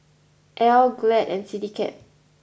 Elle Glad and Citycab